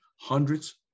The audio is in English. hundreds